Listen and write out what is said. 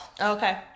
okay